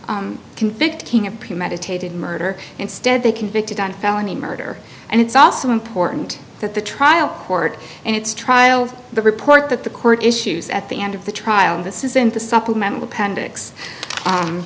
convict king of premeditated murder instead they convicted on felony murder and it's also important that the trial court and its trials the report that the court issues at the end of the trial and this is in the supplemental appendix